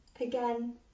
again